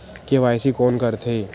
KYC कोन करथे?